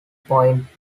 point